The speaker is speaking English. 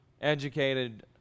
educated